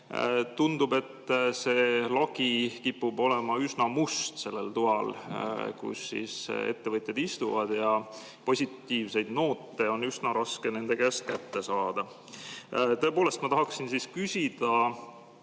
tundub, et see lagi kipub olema üsna must sellel toal, kus ettevõtjad istuvad, ja positiivseid noote on nende käest üsna raske kätte saada. Tõepoolest, ma tahaksin küsida,